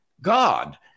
God